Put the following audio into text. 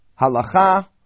halacha